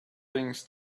things